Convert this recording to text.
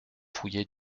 fouiller